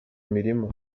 mirima